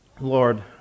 lord